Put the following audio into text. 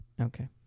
Okay